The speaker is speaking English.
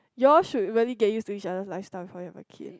you all should very get use to each other lifestyle before you have a kid